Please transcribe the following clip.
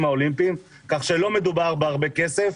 האולימפיים כך שלא מדובר בהרבה כסף.